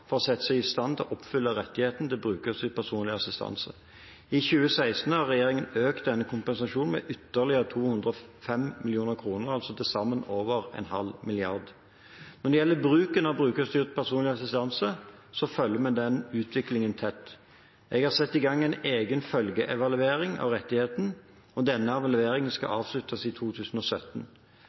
for å sette dem i stand til å oppfylle rettigheten til brukerstyrt personlig assistanse. I 2016 har regjeringen økt denne kompensasjonen med ytterligere 205 mill. kr, altså til sammen over en halv milliard. Når det gjelder bruken av brukerstyrt personlig assistanse, følger vi utviklingen tett. Jeg har satt i gang en egen følgeevaluering av rettigheten, og denne evalueringen skal avsluttes i 2017.